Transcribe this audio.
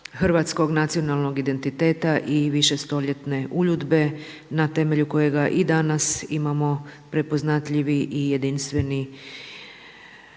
hrvatskog nacionalnog identiteta i višestoljetne uljudbe na temelju kojega i danas imamo prepoznatljivi i jedinstveni